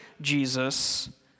Jesus